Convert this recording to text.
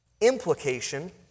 implication